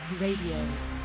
Radio